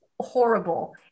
horrible